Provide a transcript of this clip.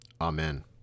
amen